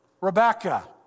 Rebecca